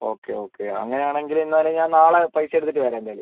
okay okay അങ്ങനെയാണെങ്കിൽ എന്നാൽ നാളെ പൈസ എടുത്തിട്ട് വരാം എന്തായാലും